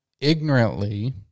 Ignorantly